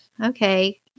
okay